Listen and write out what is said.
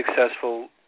successful